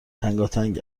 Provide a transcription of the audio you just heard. تنگاتنگ